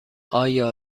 آیا